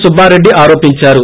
సుబ్బారెడ్డి ఆరోపించారు